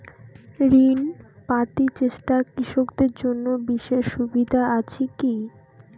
ঋণ পাতি চেষ্টা কৃষকদের জন্য বিশেষ সুবিধা আছি কি?